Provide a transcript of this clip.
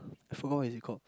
I forgot what is it called